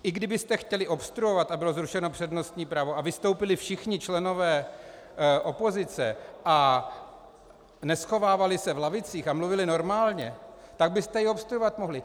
I kdybyste chtěli obstruovat a bylo zrušeno přednostní právo a vystoupili všichni členové opozice, neschovávali se v lavicích a mluvili normálně, tak byste obstruovat mohli.